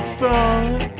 thought